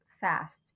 fast